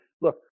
look